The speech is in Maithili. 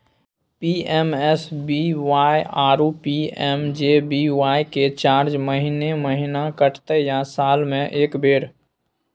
पी.एम.एस.बी.वाई आरो पी.एम.जे.बी.वाई के चार्ज महीने महीना कटते या साल म एक बेर?